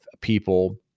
people